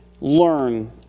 learn